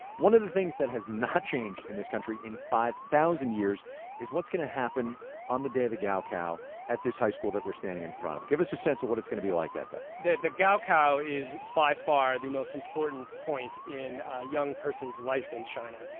one of the things that has not changed in this country in five thousand years is what's going to happen on the day of the gao kao at this high school that we're standing in front of. give us a sense of what it's going to be like that day the the gao kao is by far the most important point in a young person's life in china.